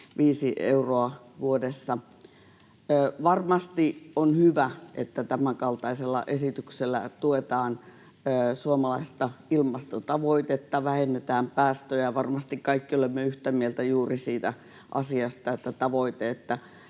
65 euroa vuodessa. Varmasti on hyvä, että tämänkaltaisella esityksellä tuetaan suomalaista ilmastotavoitetta, vähennetään päästöjä. Varmasti kaikki olemme yhtä mieltä juuri siitä asiasta, että tavoitteet,